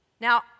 Now